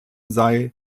sei